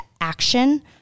action